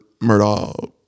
Murdoch